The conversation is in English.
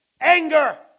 Anger